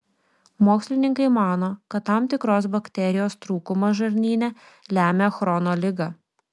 mokslininkai mano kad tam tikros bakterijos trūkumas žarnyne lemia chrono ligą